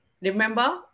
Remember